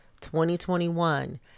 2021